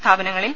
സ്ഥാപനങ്ങളിൽ